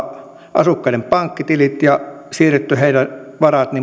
asukkaiden pankkitilit ja siirretty heidän varat